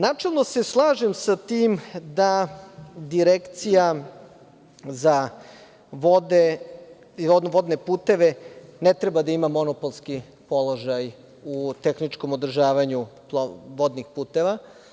Načelno se slažem sa tim da Direkcija za vodne puteve ne treba da ima monopolski položaj u tehničkom održavanju vodnih puteva.